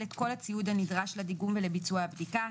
את כל הציוד הנדרש לדיגום ולביצוע הבדיקה,